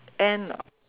and